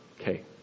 Okay